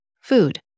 food